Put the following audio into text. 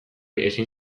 ezin